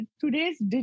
Today's